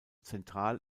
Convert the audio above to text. zentral